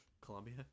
Colombia